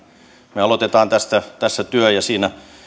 me aloitamme tässä työn ja siinä